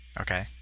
Okay